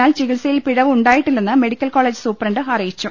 എന്നാൽ ചികിത്സയിൽ പിഴവ് ഉണ്ടായിട്ടില്ലെന്ന് മെഡിക്കൽ കോളേജ് സൂപ്രണ്ട് അറിയിച്ചു